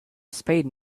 spade